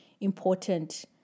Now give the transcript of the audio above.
important